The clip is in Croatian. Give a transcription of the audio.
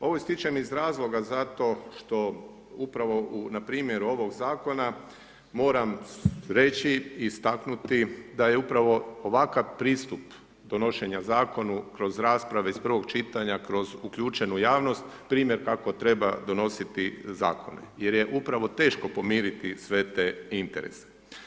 Ovom ističem iz razloga zato što upravo u npr. ovog zakona, moram reći i istaknuti da je upravo ovakav pristup donošenja zakona kroz rasprave iz prvog čitanja kroz uključenu javnost, primjer kako treba donositi zakone jer je upravo teško pomiriti sve te interese.